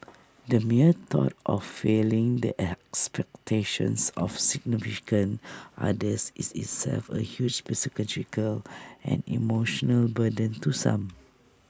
the mere thought of failing the expectations of significant others is itself A huge psychological and emotional burden to some